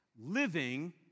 living